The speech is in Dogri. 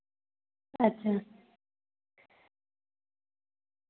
अच्छा